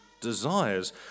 desires